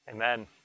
Amen